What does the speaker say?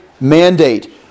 mandate